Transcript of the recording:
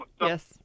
Yes